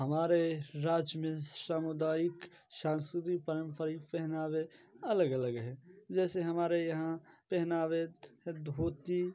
हमारे राज्य में सामुदायिक सांस्कृतिक पारंपरिक पहनावे अलग अलग है जैसे हमारे यहाँ पहनावे धोती